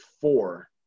four